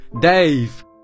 Dave